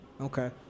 Okay